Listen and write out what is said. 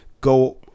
go